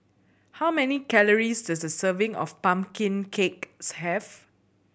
how many calories does a serving of pumpkin cake have